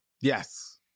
Yes